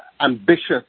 ambitious